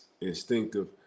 instinctive